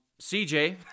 CJ